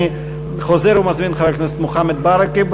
אני חוזר ומזמין את חבר הכנסת מוחמד ברכה,